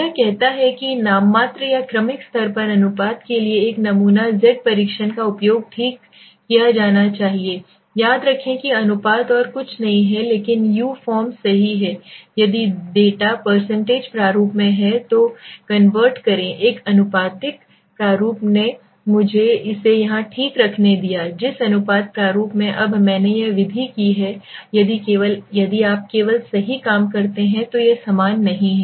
यह कहता है कि नाममात्र या क्रमिक स्तर पर अनुपात के लिए एक नमूना जेड परीक्षण का उपयोग ठीक किया जाना चाहिए याद रखें कि अनुपात और कुछ नहीं है लेकिन यू फॉर्म सही है यदि डेटा प्रारूप में हैं तो कन्वर्ट करें एक आनुपातिक प्रारूप ने मुझे इसे यहाँ ठीक रखने दिया जिस अनुपात प्रारूप में अब मैंने यह विधि की है यदि आप केवल सही काम करते हैं तो यह समान नहीं है